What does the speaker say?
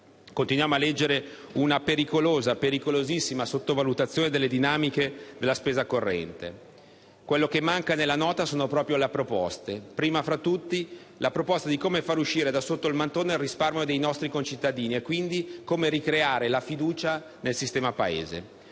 Continuiamo a leggere una pericolosissima sottovalutazione delle dinamiche della spesa corrente. Quello che manca nella Nota sono proprio le proposte; prima fra tutte, come fare uscire da sotto il mattone il risparmio dei nostri concittadini, e quindi come ricreare fiducia nel sistema Paese.